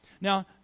Now